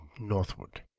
Northward